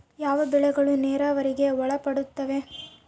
ಯಾವ ಬೆಳೆಗಳು ನೇರಾವರಿಗೆ ಒಳಪಡುತ್ತವೆ?